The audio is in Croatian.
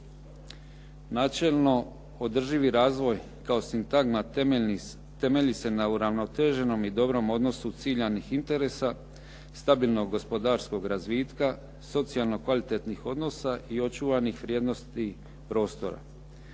Načelno, održivi razvoj kao sintagma temelji se na uravnoteženom i dobrom odnosu ciljanih interesa, stabilnog gospodarskog razvitka, socijalno kvalitetnih odnosa i očuvanih vrijednosti prostora.